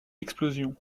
explosion